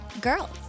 girls